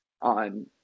on